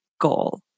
goal